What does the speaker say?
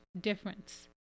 difference